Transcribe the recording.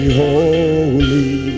holy